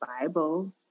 Bible